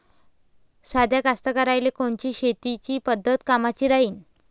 साध्या कास्तकाराइले कोनची शेतीची पद्धत कामाची राहीन?